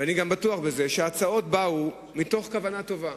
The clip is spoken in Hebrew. ואני גם בטוח בזה, שההצעות באו מתוך כוונה טובה,